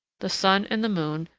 the sun and the moon,